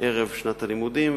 ערב שנת הלימודים,